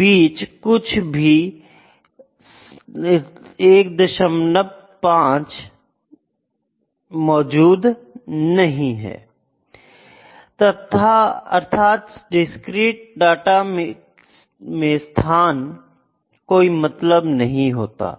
बीच कुछ भी 15 मौजूद नहीं है अर्थात डिस्क्रीट डाटा मे स्थान कोई मतलब नहीं है